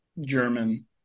German